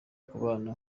kubana